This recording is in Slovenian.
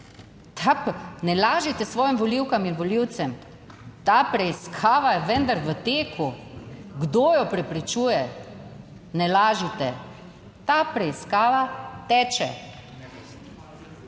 Ne lažite svojim volivkam in volivcem, ta preiskava je vendar v teku. Kdo jo preprečuje? Ne lažite. Ta preiskava teče.